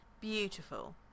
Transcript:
Beautiful